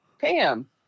Pam